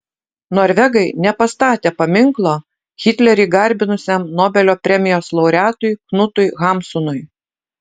norvegai nepastatė paminklo hitlerį garbinusiam nobelio premijos laureatui knutui hamsunui